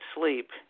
sleep